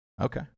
Okay